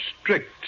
strict